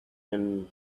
and